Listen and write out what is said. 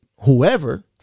whoever